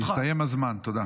הסתיים הזמן, תודה.